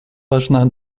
важна